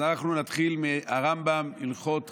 אז אנחנו נתחיל מהרמב"ם, הלכות חנוכה.